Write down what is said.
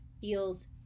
feels